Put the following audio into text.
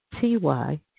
T-Y